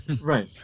right